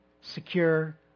secure